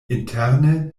interne